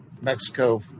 Mexico